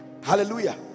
hallelujah